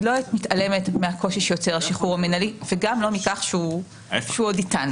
אני לא מתעלמת מהקושי שיוצר השחרור המינהלי וגם לא מכך שהוא עוד איתנו.